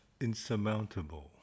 insurmountable